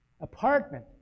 apartment